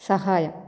സഹായം